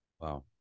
Wow